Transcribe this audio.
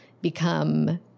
become